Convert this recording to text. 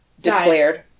declared